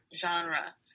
genre